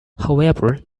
however